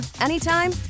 anytime